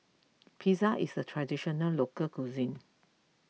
Pizza is a Traditional Local Cuisine